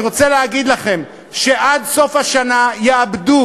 אני רוצה להגיד לכם שעד סוף השנה יאבדו